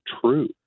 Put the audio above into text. true